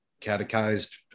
catechized